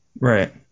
Right